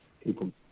people